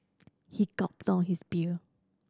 he gulped down his beer